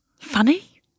funny